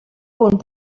punt